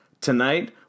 Tonight